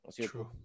true